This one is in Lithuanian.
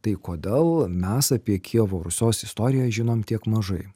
tai kodėl mes apie kijevo rusios istoriją žinome tiek mažai